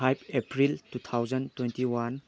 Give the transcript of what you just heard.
five April two thousand twenty one